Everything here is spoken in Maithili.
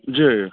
जी